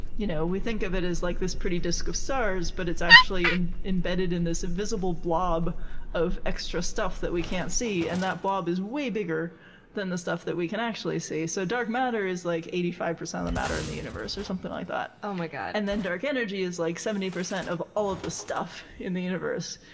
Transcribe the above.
you know we think of it as like this pretty disk of stars, but it's actually embedded in this invisible blob of extra stuff that we can't see, and that blob is way bigger than the stuff that we can actually see. so, dark matter is like eighty five percent of the matter in the universe, or something like that. oh my god. and dark energy is like seventy percent of all of the stuff in the universe.